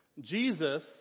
Jesus